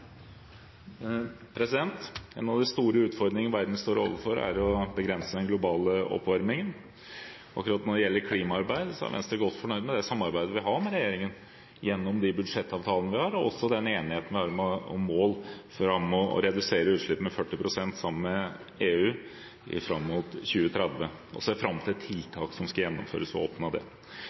En av de store utfordringene verden står overfor, er å begrense den globale oppvarmingen. Akkurat når det gjelder klimaarbeid, er Venstre godt fornøyd med det samarbeidet vi har med regjeringen gjennom de budsjettavtalene vi har, og også med den enigheten vi har om målet om sammen med EU å redusere utslippene med 40 pst. fram mot 2030, og vi ser fram til tiltak som skal gjennomføres for å oppnå det.